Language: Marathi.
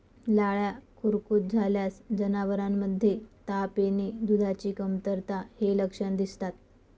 लाळ्या खुरकूत झाल्यास जनावरांमध्ये ताप येणे, दुधाची कमतरता हे लक्षण दिसतात